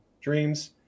dreams